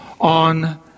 on